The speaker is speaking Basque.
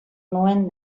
nuen